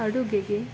ಅಡುಗೆಗೆ